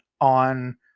on